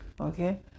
okay